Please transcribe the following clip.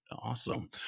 awesome